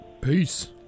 Peace